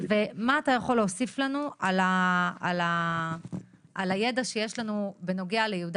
מה אתה יכול להוסיף לנו על הידע שכבר יש לנו בנוגע ליהודה